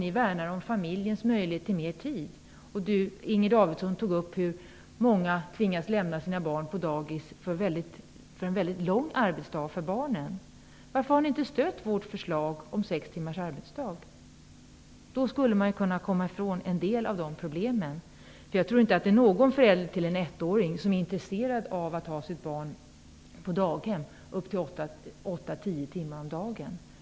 Inger Davidson tog upp att många tvingas lämna sina barn på dagis och att det blir en lång arbetsdag för barnen. Varför har ni inte stött vårt förslag om sex timmars arbetsdag, om ni värnar om att man i familjerna skall ha möjlighet att få mer tid tillsammans? Då skulle man komma ifrån en del av dessa problem. Jag tror inte att det finns någon förälder till en ettåring som är intresserad av att ha sitt barn på daghem 8-10 timmar om dagen.